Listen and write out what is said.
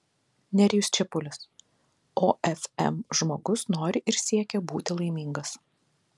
nerijus čepulis ofm žmogus nori ir siekia būti laimingas